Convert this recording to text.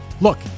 Look